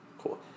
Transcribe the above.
Cool